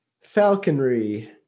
falconry